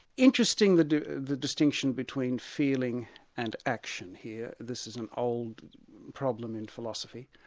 interesting the the distinction between feeling and action here, this is an old problem in philosophy.